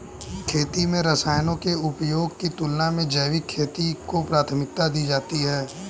खेती में रसायनों के उपयोग की तुलना में जैविक खेती को प्राथमिकता दी जाती है